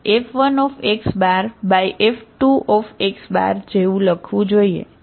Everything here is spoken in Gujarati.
તેથી તમારે FxF1xF2x જેવું લખવું જોઈએ બરાબર